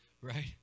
right